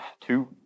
two